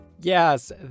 Yes